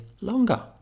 longer